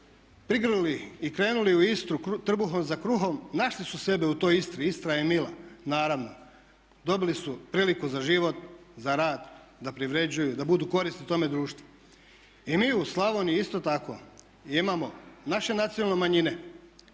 prigrlili i krenuli u Istru trbuhom za kruhom našli su sebe u toj Istri, Istra je mila, naravno, dobili su priliku za život, za rad, da privređuju, da budu korisni tome društvu. I mi u Slavoniji isto tako imamo naše nacionale manjine,